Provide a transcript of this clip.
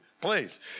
please